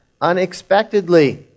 unexpectedly